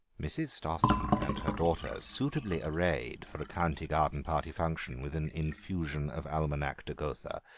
mrs. stossen and her daughter, suitably arrayed for a county garden party function with an infusion of almanack de gotha,